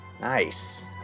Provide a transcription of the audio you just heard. Nice